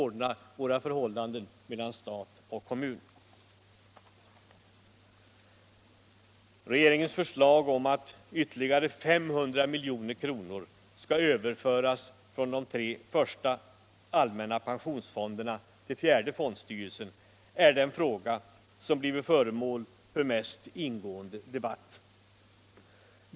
Regeringens förslag om att ytterligare 500 milj.kr. skall överföras från de tre första allmänna pensionsfonderna till fjärde fondstyrelsen är den fråga som blivit föremål för mest ingående debatt.